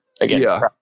Again